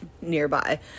nearby